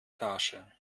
tasche